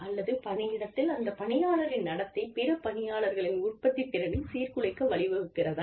அல்லது பணியிடத்தில் அந்த பணியாளரின் நடத்தை பிற பணியாளர்களின் உற்பத்தித்திறனைச் சீர்குலைக்க வழிவகுக்கிறதா